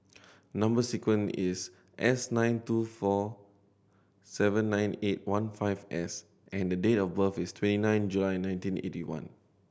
number sequence is S nine two four seven nine eight one five S and the date of birth is twenty nine July nineteen eighty one